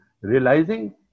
realizing